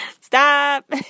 Stop